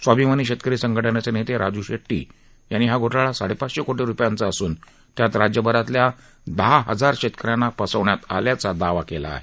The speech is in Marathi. स्वाभिमानी शेतकरी संघटनेचे नेते राजू शेट्टी यांनी हा घोटाळा साडे पाचशे कोटी रुपयांचा असून त्यात राज्यभरातल्या दहा हजार शेतकऱ्यांना फसवण्यात आल्याचा दावा केला आहे